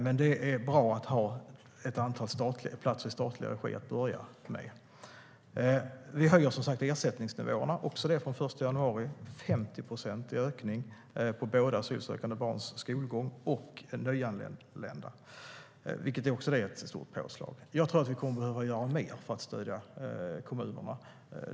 Men det är bra att ha ett antal platser i statlig regi till att börja med. Vi höjer, som sagt, ersättningsnivåerna från den 1 januari. Det är en 50-procentig ökning av ersättningen både för asylsökande barns skolgång och för nyanlända, vilket också är ett stort påslag. Jag tror att vi kommer att behöva göra mer för att stödja kommunerna.